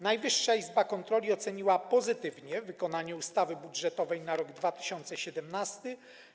Najwyższa Izba Kontroli oceniła pozytywnie wykonanie ustawy budżetowej na rok 2017.